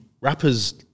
Rappers